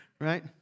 Right